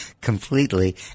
completely